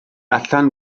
allan